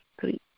three